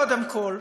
קודם כול.